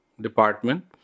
department